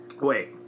Wait